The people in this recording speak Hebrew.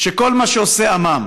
שכל מה שעושה עמם,